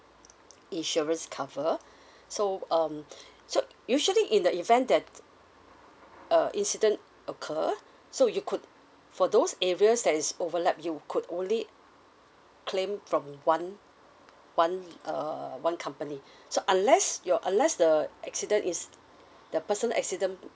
insurance cover so um so usually in the event that uh incident occur so you could for those areas that is overlap you could only claim from one one uh one company so unless your unless the accident is the personal accident